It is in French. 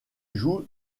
joue